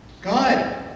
God